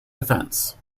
defense